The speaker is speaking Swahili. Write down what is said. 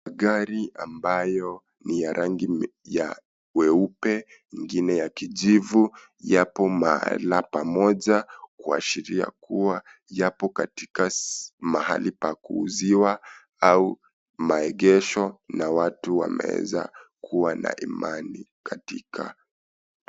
Gari ambayo ni ya rangi ya weupe ingine ya kijivu yapo mahala pamoja kuashiria kuwa yapo katika mahali pa kuuziwa au maegesho na watu wameweza kuwa na imani katika.